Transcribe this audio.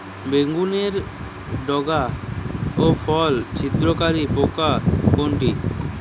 বেগুনের ডগা ও ফল ছিদ্রকারী পোকা কোনটা?